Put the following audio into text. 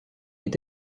est